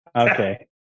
Okay